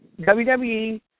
WWE